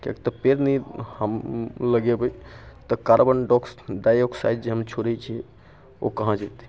किएक तऽ पेड़ नहि हम लगेबै तऽ कार्बन डाइआक्सायड जे हम छोड़ै छियै ओ कहाँ जेतै